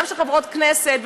גם של חברות כנסת,